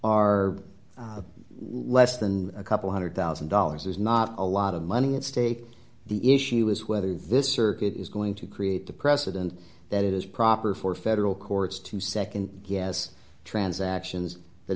are less than a couple one hundred thousand dollars is not a lot of money at stake the issue is whether this circuit is going to create a precedent that it is proper for federal courts to nd guess transactions that